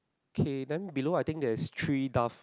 okay then below I think there is three doves